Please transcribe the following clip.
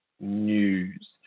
news